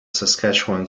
saskatchewan